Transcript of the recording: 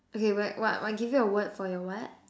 okay wait what what give you a word for your what